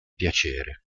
piacere